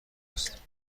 است